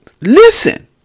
Listen